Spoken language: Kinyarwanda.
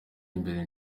imbere